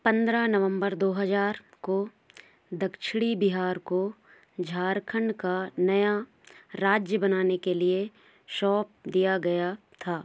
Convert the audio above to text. पंद्रह नवंबर दो हज़ार को दक्षिणी बिहार को झारखंड का नया राज्य बनाने के लिए सौंप दिया गया था